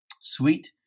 Sweet